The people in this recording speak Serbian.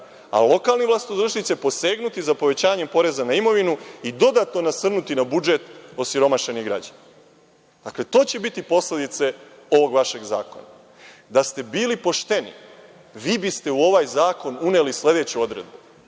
Lokalni vlastodršci će posegnuti za povećanjem poreza na imovinu i dodatno nasrnuti na budžet osiromašenih građana. Dakle, to će biti posledice ovog vašeg zakona. Da ste bili pošteni, vi biste u ovaj zakon uneli sledeću odredbu,